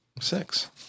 six